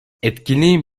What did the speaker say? etkinliğin